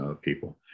people